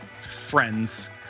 friends